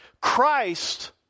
Christ